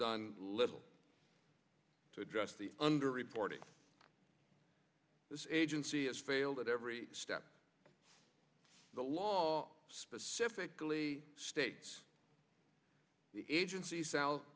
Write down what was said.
done little to address the underreporting this agency has failed at every step the law specifically states the agency shal